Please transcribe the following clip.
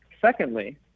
Secondly